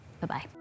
Bye-bye